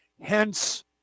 Hence